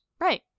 Right